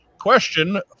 Question